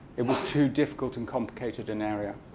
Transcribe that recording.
it was too difficult and complicated an area.